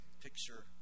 picture